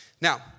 Now